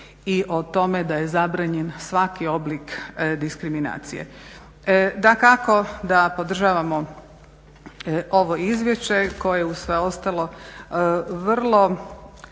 i o tome da je zabranjen svaki oblik diskriminacije. Dakako da podržavamo ovo izvješće koje uz sve ostalo vrlo,